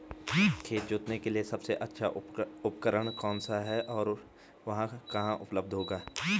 खेत जोतने के लिए सबसे अच्छा उपकरण कौन सा है और वह कहाँ उपलब्ध होगा?